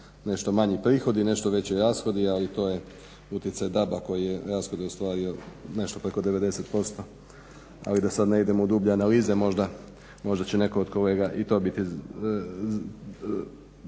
nešto manji prihodi i nešto veći rashodi, ali to je utjecaj DAB-a koji je rashode ostvario nešto preko 90%, ali da sad ne idemo u dublje analize možda će netko od kolega i toga